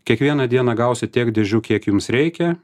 kiekvieną dieną gausit tiek dėžių kiek jums reikia